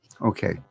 Okay